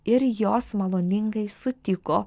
ir jos maloningai sutiko